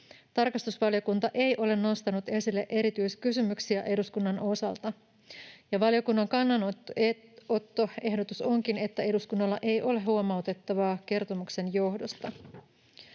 Tarkastusvaliokunta ei ole nostanut esille erityiskysymyksiä eduskunnan osalta, ja valiokunnan kannanottoehdotus onkin, että eduskunnalla ei ole huomautettavaa kertomuksen johdosta.